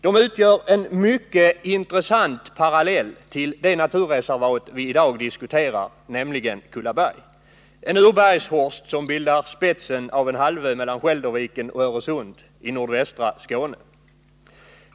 De utgör en mycket intressant parallell till det naturreservat vi i dag diskuterar, nämligen Kullaberg, en urbergshorst som bildar spetsen av en halvö mellan Skälderviken och Öresund i nordvästra Skåne.